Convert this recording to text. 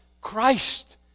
Christ